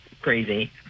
crazy